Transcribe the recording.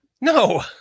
no